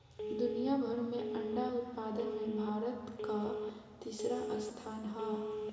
दुनिया भर में अंडा उत्पादन में भारत कअ तीसरा स्थान हअ